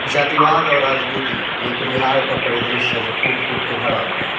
जातिवाद और राजनीति ये तो बिहार का परिदृश्य जो कूट कूट के भरा हुआ है